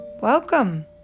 welcome